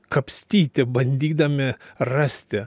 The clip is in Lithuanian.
kapstyti bandydami rasti